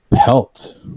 Pelt